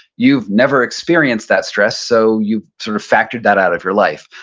you've never experienced that stress so you've sort of factored that out of your life,